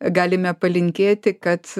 galime palinkėti kad